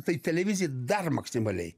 tai televizija dar maksimaliai